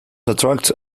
attracted